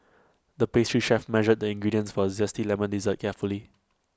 the pastry chef measured the ingredients for A Zesty Lemon Dessert carefully